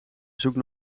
zoekt